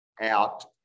out